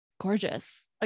gorgeous